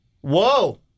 Whoa